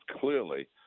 clearly